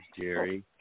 Jerry